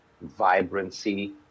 vibrancy